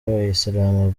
abayisilamu